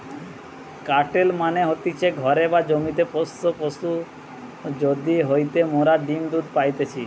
কাটেল মানে হতিছে ঘরে বা জমিতে পোষ্য পশু যাদির হইতে মোরা ডিম্ দুধ পাইতেছি